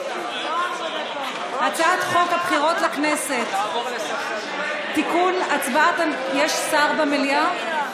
הצעת חוק הבחירות לכנסת, יש שר במליאה?